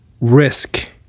risk